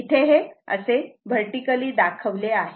इथे हे असे व्हर्टिकली दाखवले आहे